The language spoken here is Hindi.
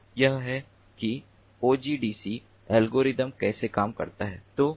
तो यह है कि OGDC एल्गोरिदम कैसे काम करता है